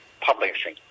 Publishing